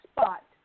spot